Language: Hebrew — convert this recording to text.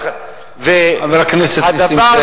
חבר הכנסת נסים זאב.